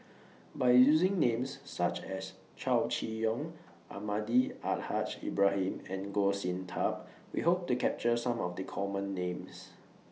By using Names such as Chow Chee Yong Almahdi Al Haj Ibrahim and Goh Sin Tub We Hope to capture Some of The Common Names